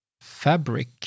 Fabric